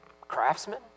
Craftsman